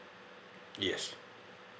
yes